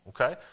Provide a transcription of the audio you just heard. okay